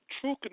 true